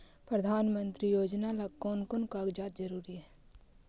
प्रधानमंत्री योजना ला कोन कोन कागजात जरूरी है?